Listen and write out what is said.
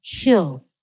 kill